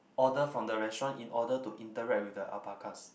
order from the restaurant in order to interact with the alpacas